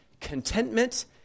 Contentment